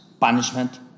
punishment